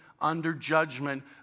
under-judgment